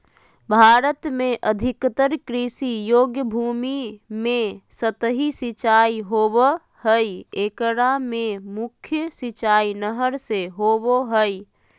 भारत में अधिकतर कृषि योग्य भूमि में सतही सिंचाई होवअ हई एकरा मे मुख्य सिंचाई नहर से होबो हई